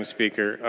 um speaker.